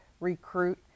recruit